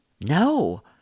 No